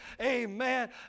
amen